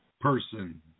person